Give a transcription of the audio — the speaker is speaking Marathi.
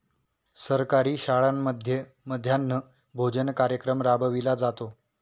सरकारी शाळांमध्ये मध्यान्ह भोजन कार्यक्रम राबविला जातो